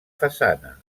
façana